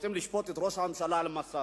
רוצים לשפוט את ראש הממשלה על מעשיו.